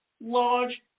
large